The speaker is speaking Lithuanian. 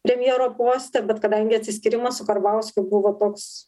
premjero poste bet kadangi atsiskyrimas su karbauskiu buvo toks